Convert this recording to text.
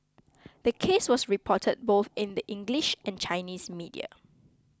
the case was reported both in the English and Chinese media